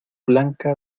blanca